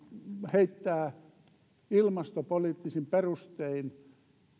heittää ilmastopoliittisin perustein